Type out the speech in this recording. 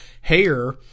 hair